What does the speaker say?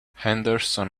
henderson